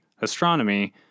astronomy